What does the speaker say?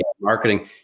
marketing